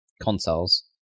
consoles